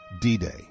D-Day